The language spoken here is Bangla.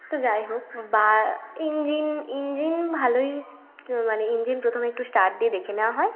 তো যাইহোক বা ইঞ্জিন ইঞ্জিন ভালোই মানে ইঞ্জিন প্রথমে একটু স্টার্ট দিয়ে দেখে নেওয়া হয়